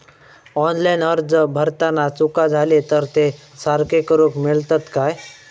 Online अर्ज भरताना चुका जाले तर ते सारके करुक मेळतत काय?